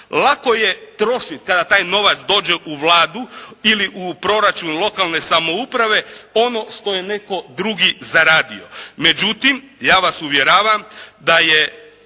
Lako je trošiti kada taj novac dođe u Vladu ili u proračun lokalne samouprave ono što je netko drugi zaradio. Međutim, ja vas uvjeravam da je